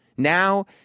Now